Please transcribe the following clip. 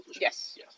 Yes